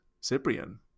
Cyprian